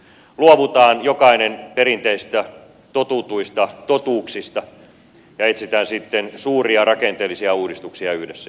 luovutaan jokainen perinteisistä totutuista totuuksista ja etsitään sitten suuria rakenteellisia uudistuksia yhdessä